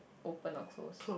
open or close